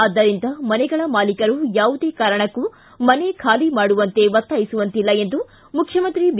ಆದ್ದರಿಂದ ಮನೆಗಳ ಮಾಲೀಕರು ಯಾವುದೇ ಕಾರಣಕ್ಕೂ ಮನೆ ಖಾಲಿ ಮಾಡುವಂತೆ ಒತ್ತಾಯಿಸುವಂತಿಲ್ಲ ಎಂದು ಮುಖ್ಯಮಂತ್ರಿ ಬಿ